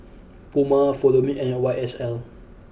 Puma Follow Me and Y S L